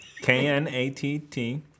K-N-A-T-T